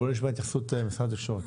בואו נשמע התייחסות ממשרד התקשורת.